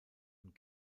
und